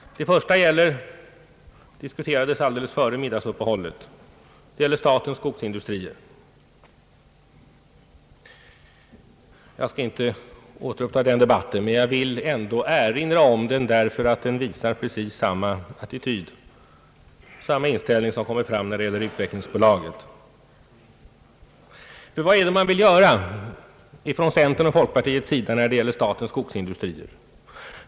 Det första gäller AB Statens skogsindustrier, som diskuterades alldeles före middagsuppehållet. Jag skall inte återuppta den debatten, men jag vill ändå erinra om den, därför att den visar precis samma attityd och inställning som kommer fram beträffande utvecklingsbolaget. Vad vill man då göra från centerns och folkpartiets sida, när det gäller Statens skogsindustrier?